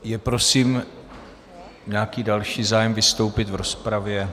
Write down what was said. Je prosím nějaký další zájem vystoupit v rozpravě?